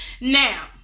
Now